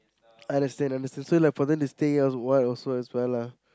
I understand understand so like for them to stay as white as also lah